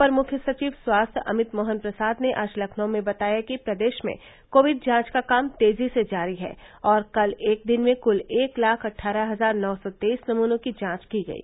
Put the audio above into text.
अपर मुख्य सचिव स्वास्थ्य अमित मोहन प्रसाद ने आज लखनऊ में बताया कि प्रदेश में कोविड जांच का काम तेजी से जारी है और कल एक दिन में कुल एक लाख अट्ठारह हजार नौ सौ तेईस नमूनों की जांच की गयी